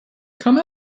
come